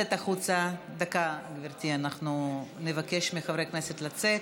אנחנו נבקש מחברי הכנסת לצאת.